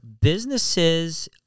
businesses